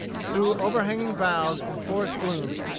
through overhanging boughs and forest glooms,